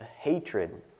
hatred